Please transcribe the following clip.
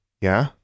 Yeah